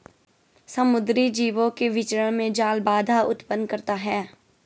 समुद्री जीवों के विचरण में जाल बाधा उत्पन्न करता है